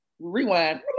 Rewind